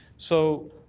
so